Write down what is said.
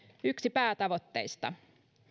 päätavoitteista